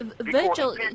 Virgil